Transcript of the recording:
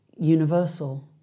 universal